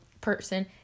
person